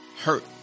hurt